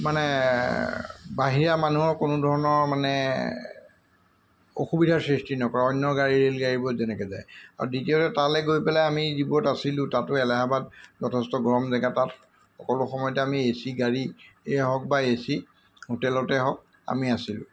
মানে বাহিৰা মানুহৰ কোনো ধৰণৰ মানে অসুবিধাৰ সৃষ্টি নকৰে অন্য গাড়ী ৰেল গাড়ীবোৰ যেনেকৈ যায় আৰু দ্বিতীয়তে তালৈ গৈ পেলাই আমি যিবোৰত আছিলোঁ তাতো এলাহবাদ যথেষ্ট গৰম জেগা তাত সকলো সময়তে আমি এ চি গাড়ীয়েই হওক বা এ চি হোটেলতে হওক আমি আছিলোঁ